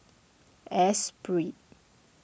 Espirit